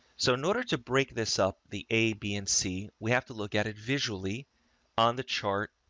so in order to break this up, the a, b and c, we have to look at it visually on the chart,